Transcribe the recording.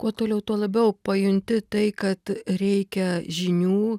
kuo toliau tuo labiau pajunti tai kad reikia žinių